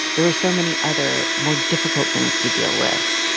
there were so many other more difficult things to deal with.